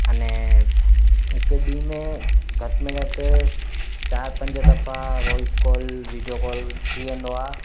अने हिकु ॾींहुं में घट में घटि चार पंज दफ़ा वॉइस कॉल वीडियो कॉल थी वेंदो आहे